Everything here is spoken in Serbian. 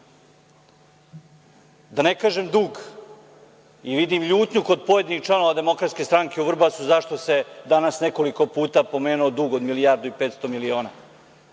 Da ne kažem dug, i vidim ljutnju kod pojedinih članova DS u Vrbasu zašto se danas nekoliko puta pomenuo dug od milijardu i petsto miliona.